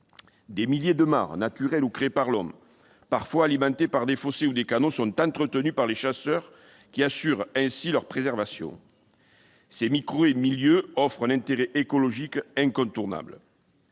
Des milliers de mares, naturelles ou créées par l'homme, parfois alimentées par des fossés ou des canaux, sont entretenues par les chasseurs, qui assurent ainsi leur préservation. Ces micro-milieux offrent un intérêt écologique incontournable.